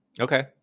Okay